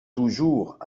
toujours